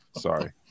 Sorry